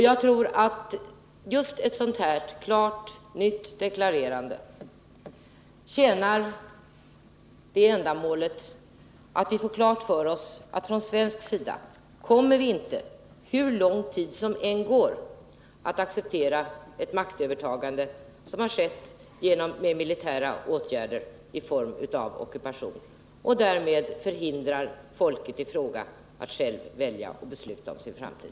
Jag tror att just en sådan här klar ny deklaration 18 januari 1980 tjänar det ändamålet att man får klart för sig att vi från svensk sida inte — hur lång tid som än går — kommer att acceptera ett maktövertagande som skett med militära åtgärder i form av ockupation, därmed förhindrande folket i fråga att självt välja och besluta om sin framtid.